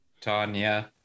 Tanya